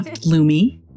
Lumi